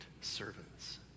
servants